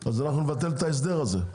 נבטל את ההסדר הזה.